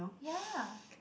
ya